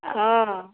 অ